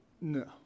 No